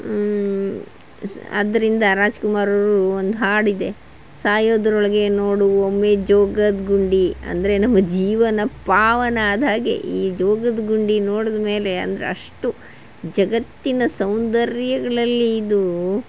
ಅದರಿಂದ ರಾಜ್ಕುಮಾರ್ ಅವರು ಒಂದು ಹಾಡಿದೆ ಸಾಯೋದ್ರೊಳಗೆ ನೋಡು ಒಮ್ಮೆ ಜೋಗದ ಗುಂಡಿ ಅಂದರೆ ನಮ್ಮ ಜೀವನ ಪಾವನ ಆದ್ಹಾಗೆ ಈ ಜೋಗದ ಗುಂಡಿ ನೋಡಿದ್ಮೇಲೆ ಅಂದರೆ ಅಷ್ಟು ಜಗತ್ತಿನ ಸೌಂದರ್ಯಗಳಲ್ಲಿ ಇದು